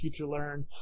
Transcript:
FutureLearn